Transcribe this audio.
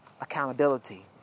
accountability